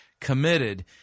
committed